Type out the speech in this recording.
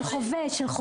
של חובש.